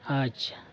ᱟᱪᱪᱷᱟ